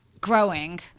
growing